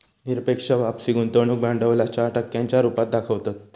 निरपेक्ष वापसी गुंतवणूक भांडवलाच्या टक्क्यांच्या रुपात दाखवतत